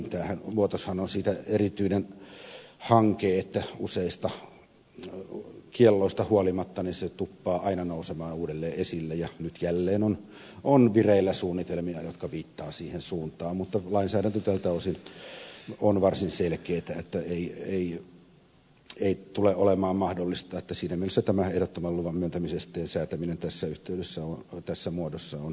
tämä vuotoshan on siitä erityinen hanke että useista kielloista huolimatta se tuppaa aina nousemaan uudelleen esille ja nyt jälleen on vireillä suunnitelmia jotka viittaavat siihen suuntaan mutta lainsäädäntö tältä osin on varsin selkeätä että ei tule olemaan mahdollista että siinä mielessä tämä ehdottoman luvan myöntämisesteen säätäminen tässä yhteydessä tässä muodossa on hyvin perusteltu